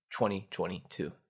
2022